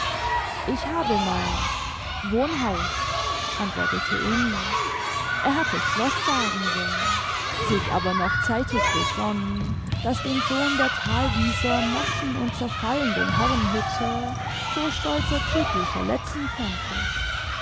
ich habe mein wohnhaus antwortete emil er hatte schloß sagen wollen sich aber noch zeitig besonnen daß den sohn der thalwieser morschen und zerfallenden herrenhütte so stolzer titel verletzen könnte